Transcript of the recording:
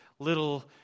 little